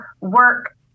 work